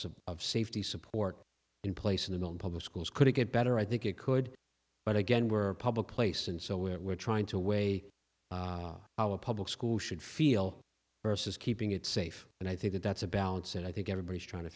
some of safety support in place in the mill in public schools could it get better i think it could but again we're a public place and so we're trying to weigh our public school should feel versus keeping it safe and i think that that's a balance and i think everybody's trying to